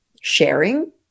sharing